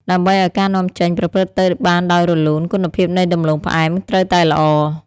ដើម្បីឱ្យការនាំចេញប្រព្រឹត្តទៅបានដោយរលូន គុណភាពនៃដំឡូងផ្អែមត្រូវតែល្អ។